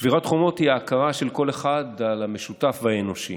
שבירת חומות היא ההכרה של כל אחד במשותף האנושי,